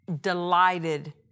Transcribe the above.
delighted